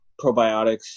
probiotics